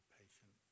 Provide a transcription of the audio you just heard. patient